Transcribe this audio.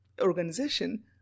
organization